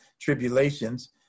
tribulations